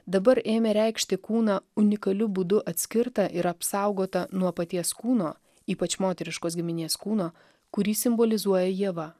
dabar ėmė reikšti kūną unikaliu būdu atskirtą ir apsaugotą nuo paties kūno ypač moteriškos giminės kūno kurį simbolizuoja ieva